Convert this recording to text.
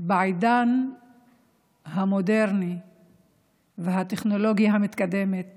בעידן המודרני והטכנולוגיה המתקדמת